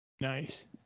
Nice